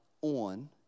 on